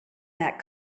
that